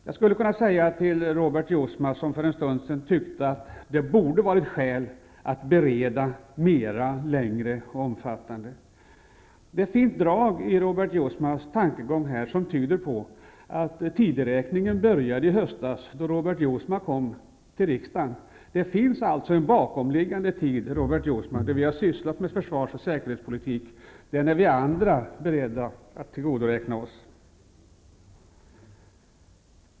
Jag skulle kunna säga till Robert Jousma, som för en stund sedan tyckte att det hade varit skäl att bereda ärendet längre och mera omfattande, att det finns drag i Robert Jousmas tankegång som tyder på att tideräkningen började i höstas, då Robert Jousma kom till riksdagen. Men det finns en bakomliggande tid, Robert Jousma, då vi har sysslat med försvars och säkerhetspolitik. Den är vi andra beredda att tillgodoräkna oss.